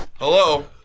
Hello